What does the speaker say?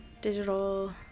digital